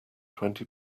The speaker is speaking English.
twenty